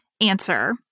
answer